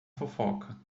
fofoca